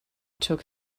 took